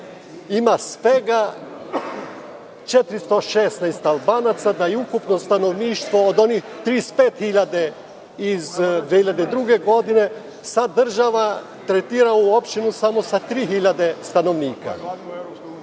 ima svega 416 Albanaca, da je ukupno stanovništvo, od onih 35.000 u 2002. godini, sada država tretira u opštini samo sa 3.000 stanovnika. Sada